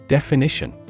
Definition